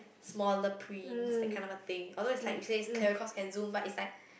smaller print that kind of a thing although it's like you say it's clearer cause can zoom but it's like